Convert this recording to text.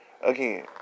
Again